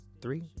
three